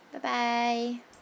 bye bye